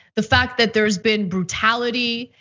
the fact that there's been brutality,